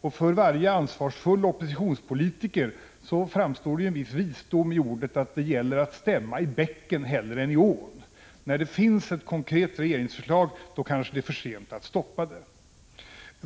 Och för varje ansvarsfull oppositionspolitiker framstår en viss visdom i ordet att det gäller att stämma i bäcken hellre än i ån. När det finns ett konkret regeringsförslag kanske det är för sent att stoppa det.